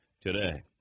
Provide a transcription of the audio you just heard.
today